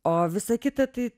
o visa kita tai